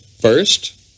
First